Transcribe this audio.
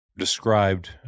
Described